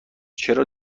چرا